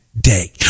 day